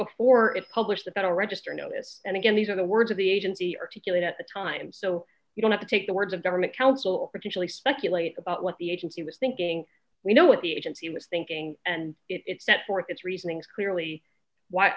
before it published the federal register notice and again these are the words of the agency articulate at the time so you don't have to take the words of government counsel particularly speculate about what the agency was thinking we know what the agency was thinking and it set forth its reasonings clearly why